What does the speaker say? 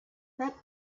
that